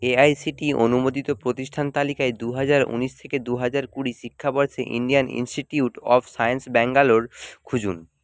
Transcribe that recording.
AICTE অনুমোদিত প্রতিষ্ঠান তালিকায় দু হাজার উনিশ থেকে দু হাজার কুড়ি শিক্ষাবর্ষে Indian institute of science Bangalore খুঁজুন